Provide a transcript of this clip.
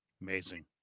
Amazing